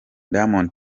diamond